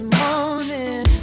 morning